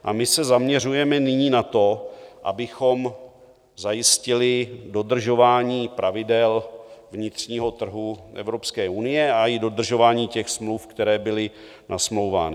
A my se zaměřujeme nyní na to, abychom zajistili dodržování pravidel vnitřního trhu Evropské unie a i dodržování těch smluv, které byly nasmlouvány.